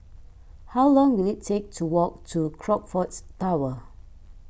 how long will it take to walk to Crockfords Tower